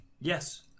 yes